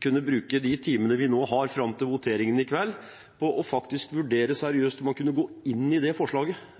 kan bruke de timene vi nå har fram til voteringen i kveld, til faktisk å vurdere seriøst om man kan gå inn for det forslaget,